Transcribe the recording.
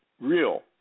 real